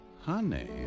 Honey